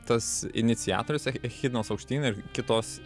tas iniciatorius echi echidnos aukštyn ir kitos